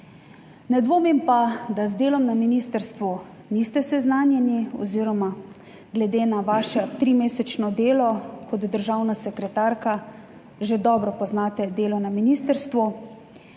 Ne dvomim pa, da z delom na ministrstvu niste seznanjeni oz. glede na vaše trimesečno delo kot državna sekretarka že dobro poznate delo na ministrstvu.